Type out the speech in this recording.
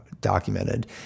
documented